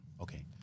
Okay